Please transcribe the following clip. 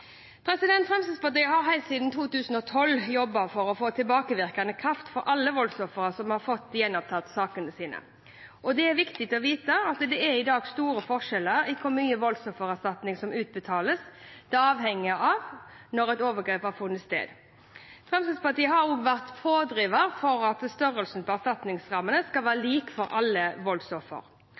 Fremskrittspartiet har helt siden 2012 jobbet for å få tilbakevirkende kraft for alle voldsofre som har fått gjenopptatt sakene sine. Det er viktig å vite at det i dag er store forskjeller i hvor mye voldsoffererstatning som utbetales. Det avhenger av når et overgrep har funnet sted. Fremskrittspartiet har vært pådriver for at størrelsen på erstatningsrammen skal være lik for alle